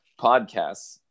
podcasts